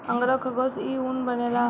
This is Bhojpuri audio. अंगोरा खरगोश से इ ऊन बनेला